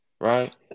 Right